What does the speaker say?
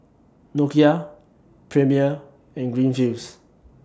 Nokia Premier and Greenfields